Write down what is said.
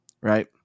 right